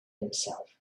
himself